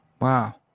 Wow